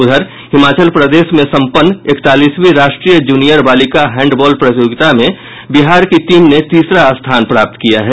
उधर हिमाचल प्रदेश में संपन्न इकतालीसवीं राष्ट्रीय जूनियर बालिका हैंडबॉल प्रतियोगिता में बिहार की टीम ने तीसरा स्थान प्राप्त किया है